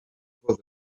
for